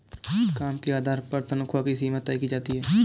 काम के आधार पर तन्ख्वाह की सीमा तय की जाती है